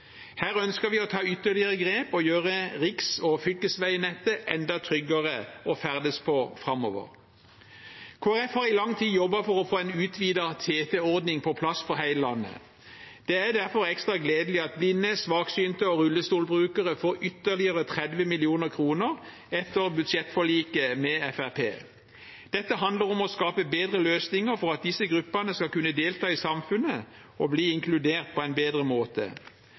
Her ønsker vi å ta ytterligere grep og gjøre riks- og fylkesveinettet enda tryggere å ferdes på framover. Kristelig Folkeparti har i lang tid jobbet for å få en utvidet TT-ordning på plass for hele landet. Det er derfor ekstra gledelig at blinde, svaksynte og rullestolbrukere får ytterligere 30 mill. kr etter budsjettforliket med Fremskrittspartiet. Dette handler om å skape bedre løsninger for at disse gruppene skal kunne delta i samfunnet og bli inkludert på en bedre måte.